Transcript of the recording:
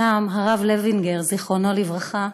שם הרב לוינגר, זיכרונו לברכה,